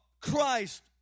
Christ